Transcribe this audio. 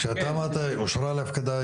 כאשר אתה אמרת אושרה להפקדה,